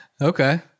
Okay